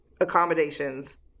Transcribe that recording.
accommodations